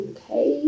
Okay